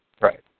Right